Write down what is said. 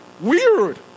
Weird